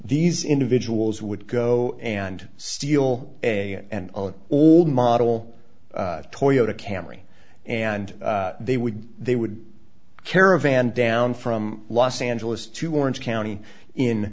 these individuals would go and steal a and all model toyota camry and they would they would caravan down from los angeles to orange county in